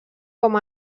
com